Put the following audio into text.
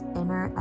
inner